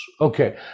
okay